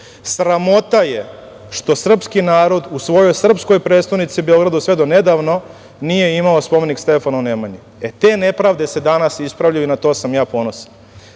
Sramota je što srpski narod u svojoj srpskoj prestonici Beogradu sve do nedavno nije imao spomenik Stefanu Nemanji. E, te nepravde se danas ispravljaju na to sam ja ponosan. Sramota